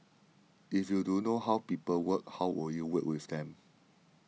if you don't know how people work how will you work with them